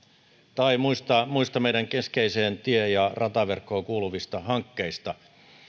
tai muista meidän keskeiseen tie ja rataverkkoon kuuluvista hankkeista